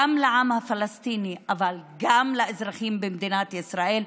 גם לעם הפלסטיני אבל גם לאזרחים במדינת ישראל.